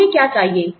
तो हमें क्या चाहिए